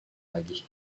lagi